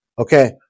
okay